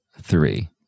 three